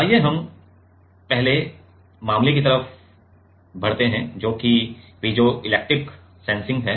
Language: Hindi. तो आइए हम पहले मामले की ओर बढ़ते हैं जो कि पीजोइलेक्ट्रिक सेंसिंग है